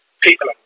people